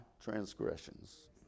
transgressions